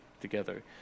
together